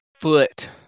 foot